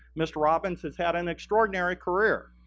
mr. robbins has had an extraordinary career.